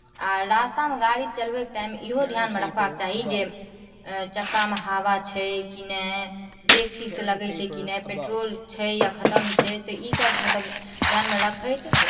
आ रास्तामे गाड़ी चलबैके टाइम इहो ध्यानमे रखबाक चाही जे चक्कामे हवा छै कि नहि ब्रेक ठीकसँ लगै छै कि नहि पेट्रोल छै या खतम छै तऽ ईसभ मतलब ध्यानमे रखैत